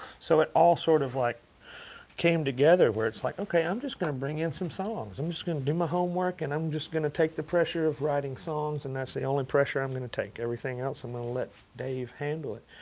so it all sort of like came together where it's like, ok, i'm just going to bring in some songs. i'm just going to do my homework. and i'm just going to take the pressure off writing songs. and that's the only pressure i'm going to take. everything else, i'm going to let dave handle it.